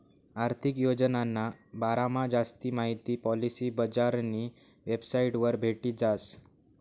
आर्थिक योजनाना बारामा जास्ती माहिती पॉलिसी बजारनी वेबसाइटवर भेटी जास